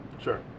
sure